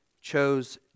chose